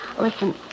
Listen